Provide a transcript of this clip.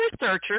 researchers